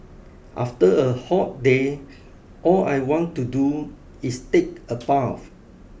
after a hot day all I want to do is take a bath